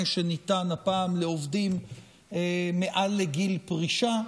שניתן הפעם לעובדים מעל לגיל פרישה,